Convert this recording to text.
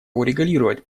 урегулировать